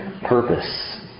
purpose